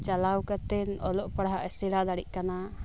ᱪᱟᱞᱟᱣ ᱠᱟᱛᱮᱫ ᱚᱞᱚᱜ ᱯᱟᱲᱦᱟᱣ ᱮ ᱥᱮᱬᱟ ᱫᱟᱲᱮᱭᱟᱜ ᱠᱟᱱᱟ